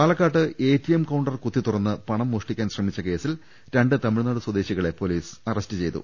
Palakkad ATM counter കുത്തിത്തുറന്ന് പണം മോഷ്ടിക്കാൻ ശ്രമിച്ച കേസിൽ രണ്ട് തമിഴ്നാട് സ്വദേശികളെ പൊലീസ് അറസ്റ്റ് ചെയ്തു